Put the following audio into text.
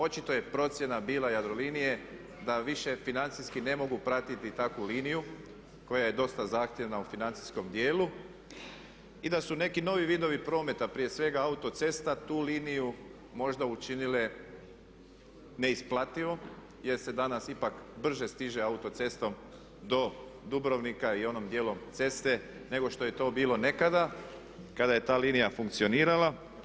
Očito je procjena bila Jadrolinije da više financijski ne mogu pratiti takvu liniju koja je dosta zahtjevna u financijskom dijelu i da su neki novi vidovi prometa, prije svega autocesta tu liniju možda učinile neisplativo jer se danas ipak brže stiže autocestom do Dubrovnika i onim dijelom ceste nego što je to bilo nekada kada je ta linija funkcionirala.